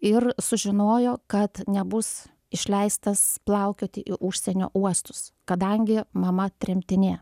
ir sužinojo kad nebus išleistas plaukioti į užsienio uostus kadangi mama tremtinė